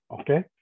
okay